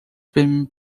been